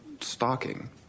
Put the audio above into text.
stalking